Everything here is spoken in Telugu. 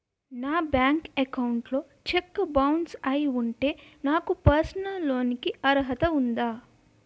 నా బ్యాంక్ అకౌంట్ లో చెక్ బౌన్స్ అయ్యి ఉంటే నాకు పర్సనల్ లోన్ కీ అర్హత ఉందా?